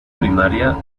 primaria